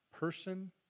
person